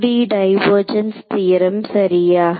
2D divergence theorem சரியாக